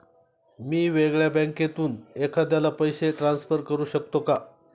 मी वेगळ्या बँकेतून एखाद्याला पैसे ट्रान्सफर करू शकतो का?